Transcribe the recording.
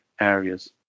areas